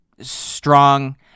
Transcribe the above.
strong